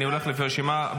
אני הולך לפי הרשימה,